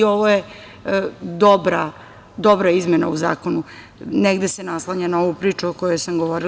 Ovo je dobra izmena u zakonu, negde se naslanja na ovu priču o kojoj sam govorila.